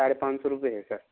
साढ़े पाँच सौ रुपये है सर